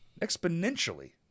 Exponentially